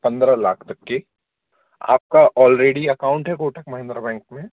पन्द्रह लाख तक के आपका ऑलरेडी अकाउंट है कोटक महिन्द्रा बैंक में